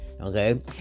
Okay